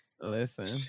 listen